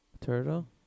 Turtle